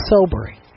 sobering